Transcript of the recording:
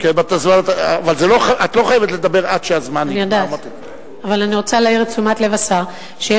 בשארית הזמן שנותרה לי אני רק רוצה להעיר את תשומת לבו של השר ולומר